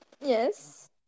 Yes